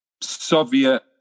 Soviet